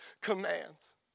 commands